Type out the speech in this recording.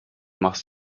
machst